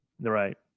Right